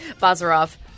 Bazarov